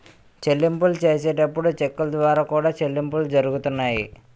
చెల్లింపులు చేసేటప్పుడు చెక్కుల ద్వారా కూడా చెల్లింపులు జరుగుతున్నాయి